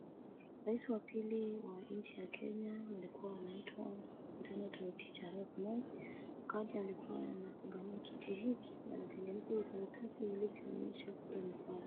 Rais wa pili wa nchi ya Kenya alikuwa anaitwa Daniel Toroitich arap Moi. Wakati alikuwa anapigania kiti hiki alitengeneza hicho karatasi ilikuwa inaonyesha kura ni kwa.